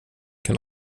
can